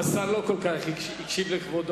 האמת שהשר לא כל כך הקשיב לכבודו.